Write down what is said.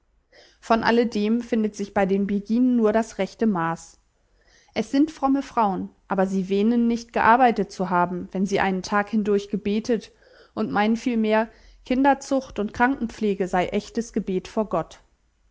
von alledem findet sich bei den beginen nur das rechte maß es sind fromme frauen aber sie wähnen nicht gearbeitet zu haben wenn sie einen tag hindurch gebetet und meinen vielmehr kinderzucht und krankenpflege sei echtes gebet vor gott